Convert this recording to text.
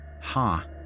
Ha